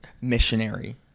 Missionary